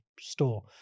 store